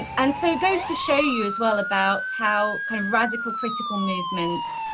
and and so it goes to show you as well about how kind of radical critical movements,